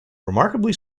remarkably